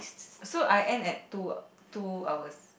so I end at two uh two hours